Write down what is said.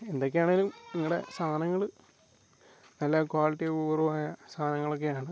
എന്തൊക്കെ ആണെങ്കിലും നിങ്ങളുടെ സാധനങ്ങൾ നല്ല ക്വാളിറ്റി പൂർവമായ സാധനങ്ങളൊക്കെ ആണ്